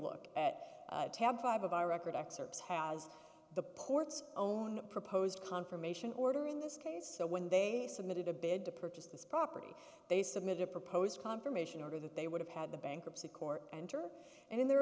look at tab five of our record excerpts has the ports own proposed confirmation order in this case so when they submitted a bid to purchase this property they submitted a proposed confirmation order that they would have had the bankruptcy court enter and in their